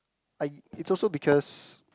I it's also because